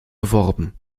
beworben